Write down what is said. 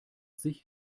sich